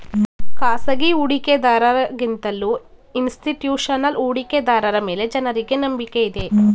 ಖಾಸಗಿ ಹೂಡಿಕೆದಾರರ ಗಿಂತಲೂ ಇನ್ಸ್ತಿಟ್ಯೂಷನಲ್ ಹೂಡಿಕೆದಾರರ ಮೇಲೆ ಜನರಿಗೆ ನಂಬಿಕೆ ಇದೆ